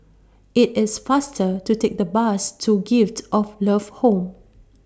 IT IS faster to Take The Bus to Gift of Love Home